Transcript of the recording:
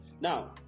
Now